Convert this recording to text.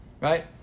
right